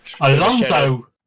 Alonso